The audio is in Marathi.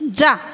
जा